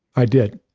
i did.